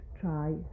try